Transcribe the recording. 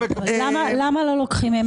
למה לא לוקחים מהם?